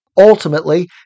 Ultimately